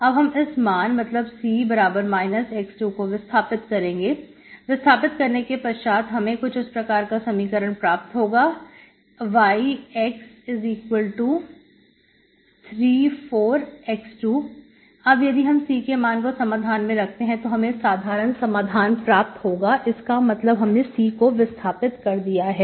अब हम इस मान मतलब C x2 को विस्थापित करेंगे विस्थापित करने के पश्चात हमें कुछ इस प्रकार का समीकरण प्राप्त होगा yx34x2 अब यदि हम C के मान को समाधान में रखते हैं तो हमें साधारण समाधान प्राप्त होगा इसका मतलब हमने C को विस्थापित कर दिया है